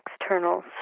external